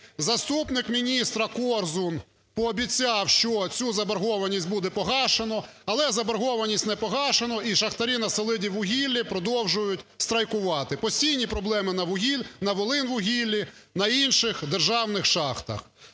Заступник міністра Корзун пообіцяв, що цю заборгованість буде погашено. Але заборгованість не погашено. І шахтарі на "Селидіввугіллі" продовжують страйкувати. Постійні проблеми на "Волиньвугіллі", на інших державних шахтах.